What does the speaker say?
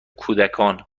کودکان